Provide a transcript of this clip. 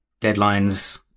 deadlines